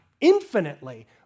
infinitely